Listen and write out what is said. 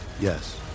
Yes